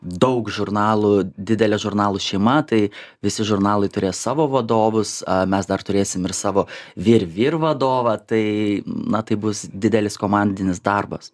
daug žurnalų didelė žurnalų šeima tai visi žurnalai turės savo vadovus a mes dar turėsim ir savo vyr vyr vadovą tai na tai bus didelis komandinis darbas